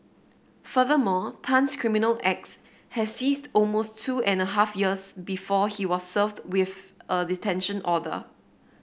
furthermore Tan's criminal acts had ceased almost two and a half years before he was served with a detention order